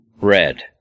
Red